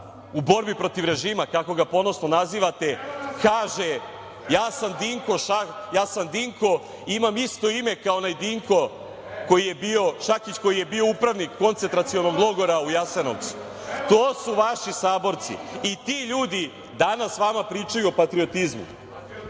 u borbi protiv režima, kako ga ponosno nazivate, kaže – ja sam Dinko, imam isto ime kao Dinko Šakić, koji je bio upravnik koncentracionog logora u Jasenovcu. To su vaši saborci i ti ljudi danas vama pričaju o patriotizmu.O